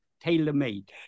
tailor-made